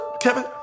Kevin